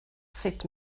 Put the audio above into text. sut